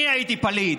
אני הייתי פליט.